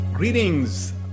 Greetings